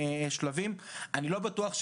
אני לא בורח,